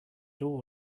door